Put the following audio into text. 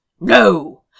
No